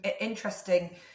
interesting